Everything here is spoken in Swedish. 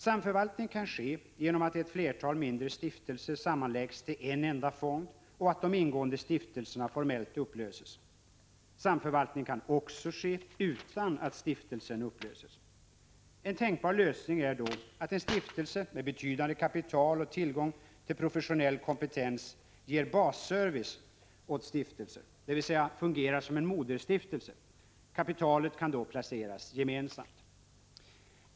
Samförvaltning kan ske genom att ett flertal mindre stiftelser sammanläggs till en enda fond och de ingående stiftelserna formellt upplöses. Samförvaltning kan också ske utan att stiftelserna upplöses. En tänkbar lösning är då att en stiftelse med betydande kapital och tillgång till professionell kompetens ger basservice åt andra stiftelser, dvs. fungerar som en moderstiftelse. Kapitalet kan då placeras gemensamt.